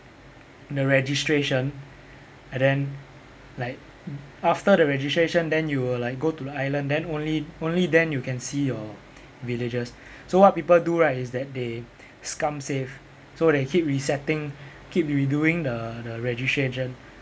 the registration and then like after the registration then you will like go to the island then only only then you can see your villagers so what people do right is that they scum save so they keep resetting keep redoing the the registration